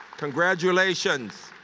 congratulations.